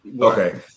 Okay